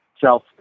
self